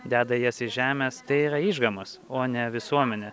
deda jas iš žemės tai yra išgamos o ne visuomenė